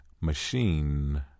machine